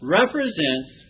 represents